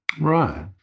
Right